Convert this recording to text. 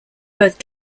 both